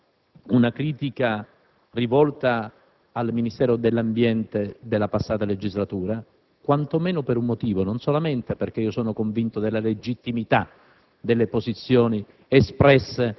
non mi sarei mai aspettato una critica rivolta al Ministero dell'ambiente della passata legislatura, quantomeno per un motivo: non solamente perché sono convinto della legittimità